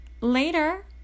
later